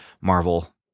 Marvel